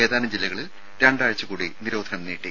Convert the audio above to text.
ഏതാനും ജില്ലകളിൽ രണ്ടാഴ്ചകൂടി നിരോധനം നീട്ടി